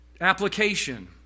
Application